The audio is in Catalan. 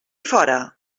fora